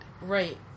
Right